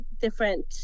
different